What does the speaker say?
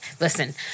Listen